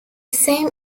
same